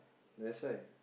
that's why